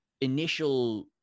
initial